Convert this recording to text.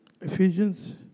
Ephesians